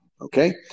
okay